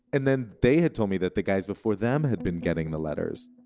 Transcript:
and then they had told me that the guys before them had been getting the letters.